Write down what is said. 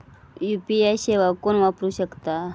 UPI सेवा कोण वापरू शकता?